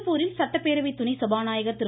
திருப்பூரில் சட்டப்பேரவை துணை சபாநாயகர் திரு